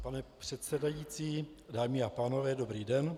Pane předsedající, dámy a pánové, dobrý den.